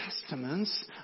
testaments